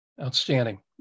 Outstanding